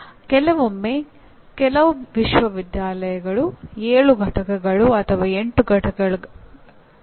ಕೆಲವೊಮ್ಮೆ ಕೆಲವು ವಿಶ್ವವಿದ್ಯಾಲಯಗಳು 7 ಪಠ್ಯಗಳು ಅಥವಾ 8 ಪಠ್ಯಗಳವರೆಗೆ ಹೋಗಬಹುದು